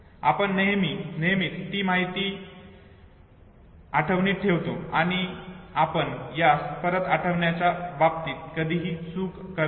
आपण नेहमीच ती आठवणीत ठेवतो आणि आपण यास परत आठवण्याच्या बाबतीत कधीच चूक करीत नाही